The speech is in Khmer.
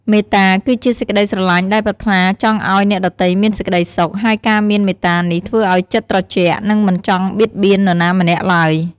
មេត្តា គឺជាសេចក្តីស្រឡាញ់ដែលប្រាថ្នាចង់ឲ្យអ្នកដទៃមានសេចក្តីសុខ ហើយការមានមេត្តានេះធ្វើឲ្យចិត្តត្រជាក់ និងមិនចង់បៀតបៀននរណាម្នាក់ឡើយ។